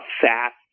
fast